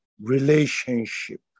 relationship